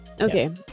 Okay